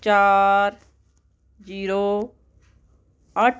ਚਾਰ ਜੀਰੋ ਅੱਠ